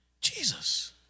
Jesus